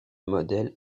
modèle